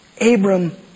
Abram